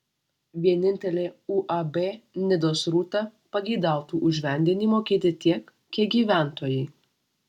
vienintelė uab nidos rūta pageidautų už vandenį mokėti tiek kiek gyventojai